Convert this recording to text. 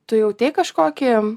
tu jautei kažkokį